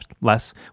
less